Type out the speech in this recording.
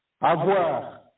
avoir